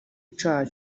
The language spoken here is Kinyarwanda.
icaha